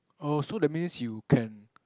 oh so that means you can